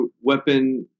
weapon